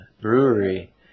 Brewery